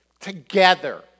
Together